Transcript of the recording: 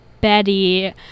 Betty